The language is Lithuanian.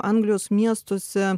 anglijos miestuose